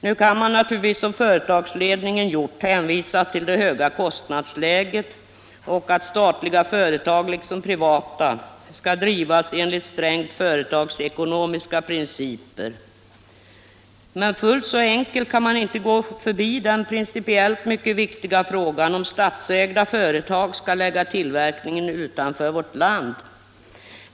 Nu kan man naturligtvis, såsom företagsledningen gjort, hänvisa till det höga kostnadsläget och till att statliga företag liksom privata skall drivas enligt strängt företagsekonomiska principer. Men fullt så enkelt kan man inte gå förbi den principiellt mycket viktiga frågan, huruvida statsägda företag skall lägga tillverkning utanför vårt land.